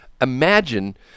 Imagine